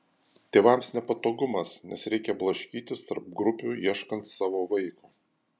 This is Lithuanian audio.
tėvams nepatogumas nes reikia blaškytis tarp grupių ieškant savo vaiko